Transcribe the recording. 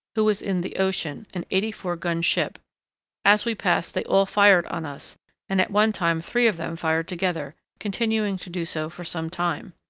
who was in the ocean, an eighty-four gun ship as we passed they all fired on us and at one time three of them fired together, continuing to do so for some time.